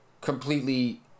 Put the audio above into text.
completely